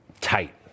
tight